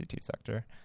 sector